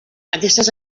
aquestes